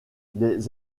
des